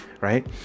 right